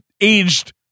aged